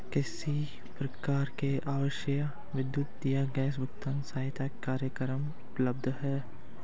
किस प्रकार के आवासीय विद्युत या गैस भुगतान सहायता कार्यक्रम उपलब्ध हैं?